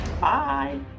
bye